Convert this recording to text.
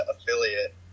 affiliate